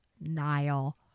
Nile